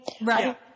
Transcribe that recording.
Right